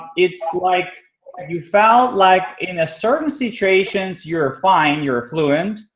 it's like you felt like in a certain situations you're fine, you're fluent,